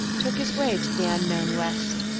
took his way to the unknown west,